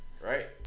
right